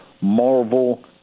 Marvel